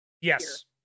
yes